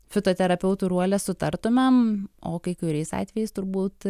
fitoterapeutu ruolia sutartumėm o kai kuriais atvejais turbūt